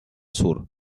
sur